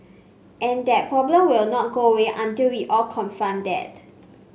and that problem will not go away until we all confront that